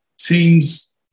teams